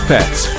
Pets